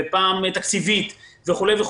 פעם תקציבית וכולי.